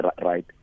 right